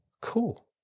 cool